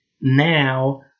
now